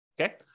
Okay